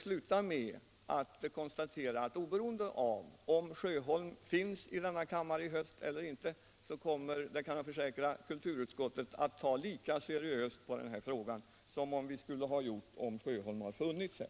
sluta med att konstatera att oberoende av om herr Sjöholm finns i kammaren i höst eller ej kommer kulturutskottet, det kan jag försäkra, att behandla den här frågan lika seriöst.